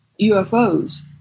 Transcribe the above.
UFOs